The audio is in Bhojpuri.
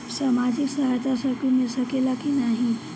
सामाजिक सहायता सबके मिल सकेला की नाहीं?